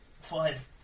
five